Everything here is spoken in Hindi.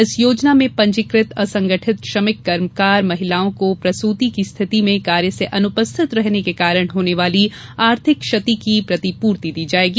इस योजना में पंजीकृत असंगठित श्रमिक कर्मकार महिलाओं को प्रसृति की स्थिति में कार्य से अनुपस्थित रहने के कारण होने वाली आर्थिक क्षति की प्रतिपूर्ति दी जाएगी